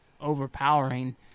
overpowering